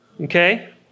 Okay